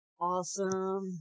awesome